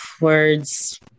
Words